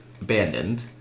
abandoned